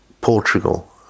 Portugal